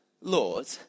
Lord